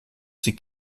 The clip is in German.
sie